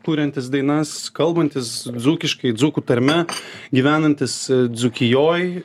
kuriantis dainas kalbantis dzūkiškai dzūkų tarme gyvenantis dzūkijoj